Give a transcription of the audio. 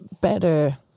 better